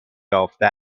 یافته